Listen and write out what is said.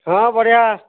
ହଁ ବଢ଼ିଆ